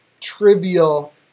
trivial